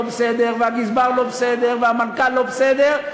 בסדר והגזבר לא בסדר והמנכ"ל לא בסדר,